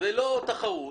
ולא תחרות.